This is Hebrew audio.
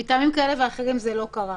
מטעמים כאלה ואחרים זה לא קרה.